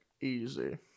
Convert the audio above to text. easy